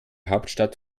hauptstadt